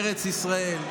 ארץ ישראל.